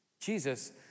Jesus